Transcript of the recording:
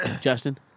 Justin